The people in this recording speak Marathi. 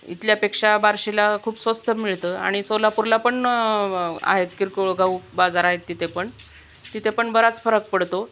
इथल्यापेक्षा बार्शीला खूप स्वस्त मिळतं आणि सोलापूरला पण आहेत किरकोळ घाऊक बाजार आहेत तिथे पण तिथं पण बराच फरक पडतो